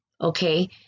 Okay